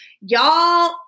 Y'all